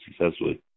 successfully